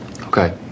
Okay